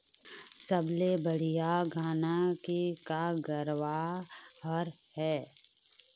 सबले बढ़िया धाना के का गरवा हर ये?